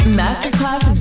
masterclass